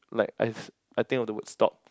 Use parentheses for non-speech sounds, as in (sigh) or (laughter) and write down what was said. like I (noise) I think of the word stop